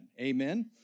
Amen